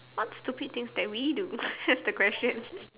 what stupid things that we do that's the question